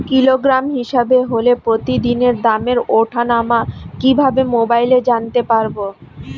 Kilogram হিসাবে হলে প্রতিদিনের দামের ওঠানামা কিভাবে মোবাইলে জানতে পারবো?